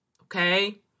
okay